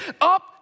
up